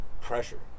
pressure